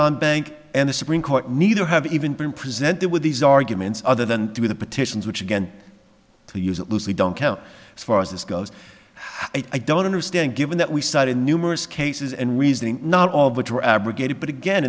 on bank and the supreme court neither have even been presented with these arguments other than through the petitions which again to use that loosely don't go as far as this goes i don't understand given that we cite in numerous cases and reasoning not